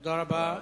תודה רבה.